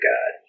God